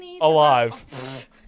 alive